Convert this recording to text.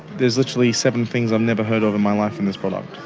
there's literally seven things i've never heard of in my life in this product.